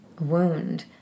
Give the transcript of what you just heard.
wound